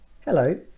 Hello